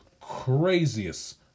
craziest